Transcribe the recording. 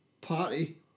party